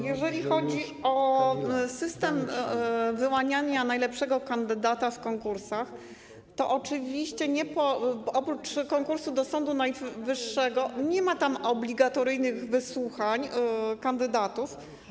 Jeżeli chodzi o system wyłaniania najlepszego kandydata w konkursach, to oczywiście - oprócz konkursu do Sądu Najwyższego - nie ma tam obligatoryjnych wysłuchań kandydatów.